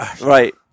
Right